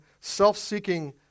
self-seeking